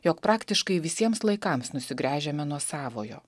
jok praktiškai visiems laikams nusigręžiame nuo savojo